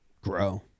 grow